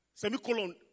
Semicolon